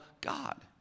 God